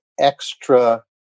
extra